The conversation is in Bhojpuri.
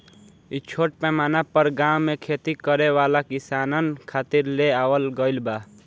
इ छोट पैमाना पर गाँव में खेती करे वाला किसानन खातिर ले आवल गईल बा